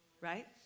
right